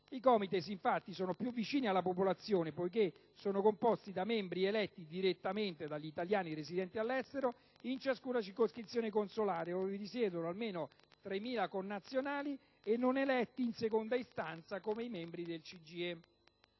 I COMITES, infatti, sono più vicini alla popolazione poiché sono composti da membri eletti direttamente dagli italiani residenti all'estero in ciascuna circoscrizione consolare ove risiedono almeno 3.000 connazionali, e non eletti in seconda istanza come i membri del CGIE.